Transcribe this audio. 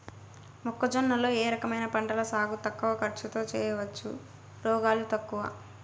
మొక్కజొన్న లో ఏ రకమైన పంటల సాగు తక్కువ ఖర్చుతో చేయచ్చు, రోగాలు తక్కువ?